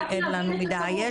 רק להבין את הטעות.